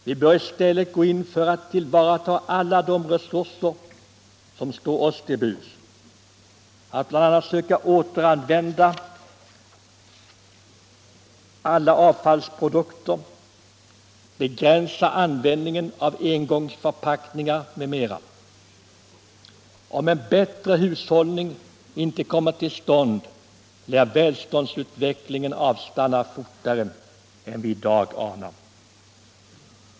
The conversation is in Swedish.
Vi bör i stället gå in för att tillvarata alla de resurser som står oss till buds, att bl.a. söka återanvända alla avfallsprodukter, begränsa användningen av engångsförpackningar m.m. Om en bättre hushållning inte kommer till stånd lär välståndsutvecklingen avstanna fortare än vi i dag anar.